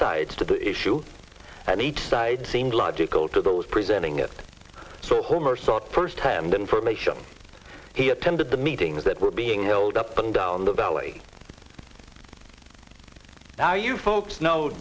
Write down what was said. sides to the issue and eight side seemed logical to those presenting it so homer saw it firsthand information he attended the meetings that were being held up and down the valley now you folks know